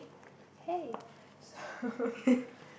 hey so